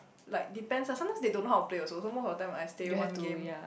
like depend sometimes they don't know how to play also some more the time I stay one game